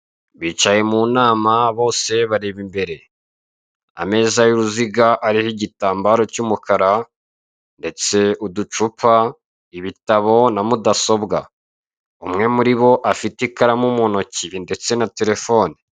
Bicaye mu nama bose bareba imbere ameza y'uruziga ariho igitambaro cy'umukara ndetse uducupa ibitabo na mudasobwa, umwe muri bo afite ikaramu mu ntoki ndetse na terefone.